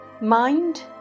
Mind